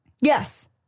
Yes